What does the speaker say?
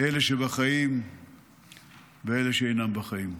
אלה שבחיים ואלה שאינם בחיים.